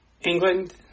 England